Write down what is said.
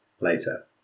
later